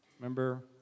Remember